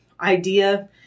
idea